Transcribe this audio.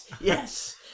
yes